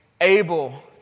able